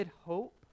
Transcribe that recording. hope